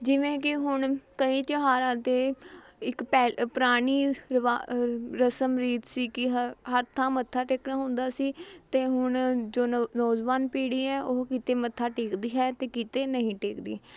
ਜਿਵੇਂ ਕਿ ਹੁਣ ਕਈ ਤਿਉਹਾਰਾਂ 'ਤੇ ਇੱਕ ਪੈ ਪੁਰਾਣੀ ਰਿਵਾ ਰਸਮ ਰੀਤ ਸੀ ਕਿ ਹ ਹਰ ਥਾਂ ਮੱਥਾ ਟੇਕਣਾ ਹੁੰਦਾ ਸੀ ਅਤੇ ਹੁਣ ਜੋ ਨੌ ਨੌਜਵਾਨ ਪੀੜ੍ਹੀ ਹੈ ਉਹ ਕਿਤੇ ਮੱਥਾ ਟੇਕਦੀ ਹੈ ਅਤੇ ਕਿਤੇ ਨਹੀਂ ਟੇਕਦੀ